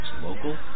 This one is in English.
local